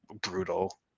brutal